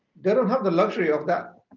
they don't have the luxury of that.